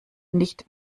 nicht